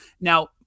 Now